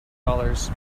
dollars